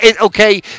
Okay